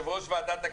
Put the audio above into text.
יושב-ראש הוועדה,